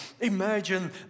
Imagine